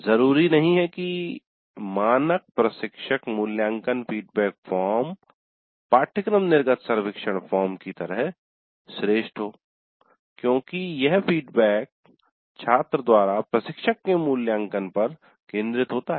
जरूरी नहीं कि "मानक प्रशिक्षक मूल्यांकन फीडबैक फॉर्म" "पाठ्यक्रम निर्गत सर्वेक्षण फॉर्म की तरह" श्रेष्ठ हो क्योंकि यह फीडबैक छात्र द्वारा प्रशिक्षक के मूल्यांकन पर केन्द्रित होता है